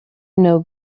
know